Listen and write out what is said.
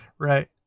Right